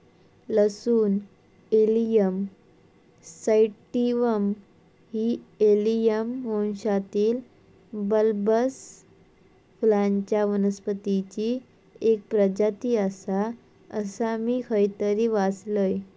लसूण allium sativum ही allium वंशातील बल्बस फुलांच्या वनस्पतीची एक प्रजाती आसा, असा मी खयतरी वाचलंय